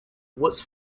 words